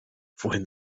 wohin